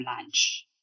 lunch